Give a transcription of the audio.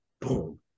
boom